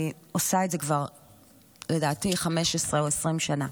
אני עושה את זה כבר לדעתי 15 או 20 שנה.